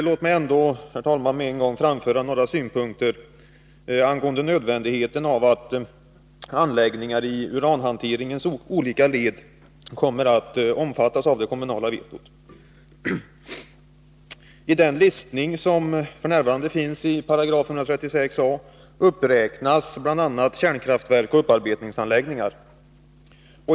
Låt mig ändå, herr talman, med en gång framföra några synpunkter angående nödvändigheten av att anläggningar i uranhanteringens olika led kommer att omfattas av det kommunala vetot. I den listning som finns i 136 a § uppräknas bl.a. kärnkraftverk och upparbetningsanläggningar.